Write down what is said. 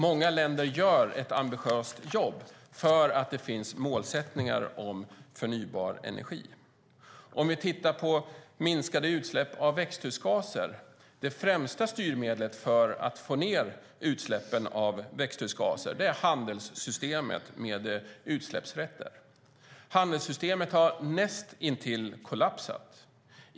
Många länder gör ett ambitiöst jobb därför att det finns målsättningar om förnybar energi. Om vi tittar på minskade utsläpp av växthusgaser är det främsta styrmedlet för att få ned utsläppen av växthusgaser handelssystemet med utsläppsrätter. Handelssystemet har näst intill kollapsat.